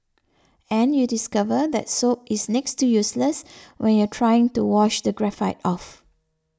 and you discover that soap is next to useless when you're trying to wash the graphite off